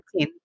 15